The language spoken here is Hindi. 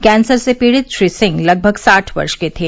कैंसर से पीड़ित श्री सिंह लगभग साठ वर्ष के थे